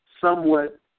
somewhat